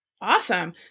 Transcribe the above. awesome